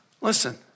Listen